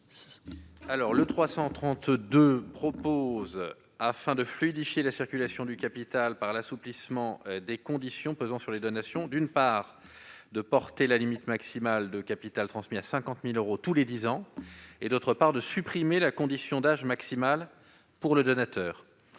travers de cet amendement, fluidifier la circulation du capital par l'assouplissement des conditions pesant sur les donations, d'une part, en portant la limite maximale de capital transmis à 50 000 euros tous les dix ans et, d'autre part, en supprimant la condition d'âge maximal pour le donateur.